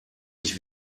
ich